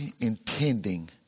intending